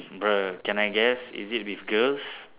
bro can I guess is it with girls